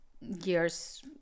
years